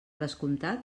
descomptat